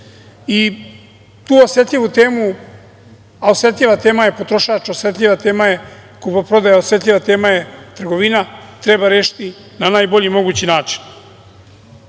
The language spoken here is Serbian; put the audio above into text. Tu osetljivu temu, a osetljiva tema je potrošač, osetljiva tema je kupoprodaja, osetljiva tema je trgovina, treba rešiti na najbolji mogući